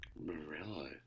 Morello